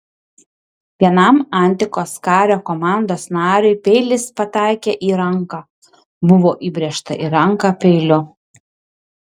vienam antikos kario komandos nariui peilis pataikė į ranką buvo įbrėžta į ranką peiliu